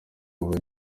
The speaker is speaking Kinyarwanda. ubu